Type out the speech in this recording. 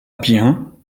bien